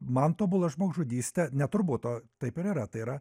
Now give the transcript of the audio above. man tobula žmogžudystė ne turbūt o taip ir yra tai yra